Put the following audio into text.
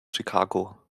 chicago